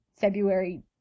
February